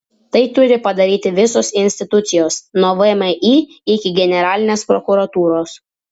tai turi padaryti visos institucijos nuo vmi iki generalinės prokuratūros